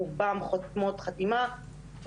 רובן חותמות חתימה.